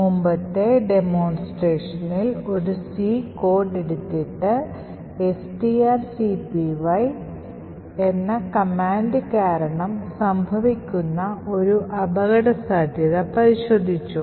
മുമ്പത്തെ demonstrationൽ ഒരു C കോഡ് എടുത്തിട്ട് strcpy കാരണം സംഭവിക്കുന്ന ഒരു അപകടസാധ്യത പരിശോധിച്ചു